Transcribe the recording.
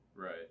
Right